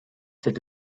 set